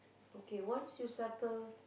okay once you settle